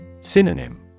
Synonym